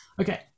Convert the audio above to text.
Okay